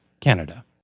Canada